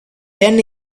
ten